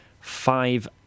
five